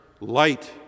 light